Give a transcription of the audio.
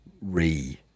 re